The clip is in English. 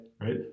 Right